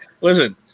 Listen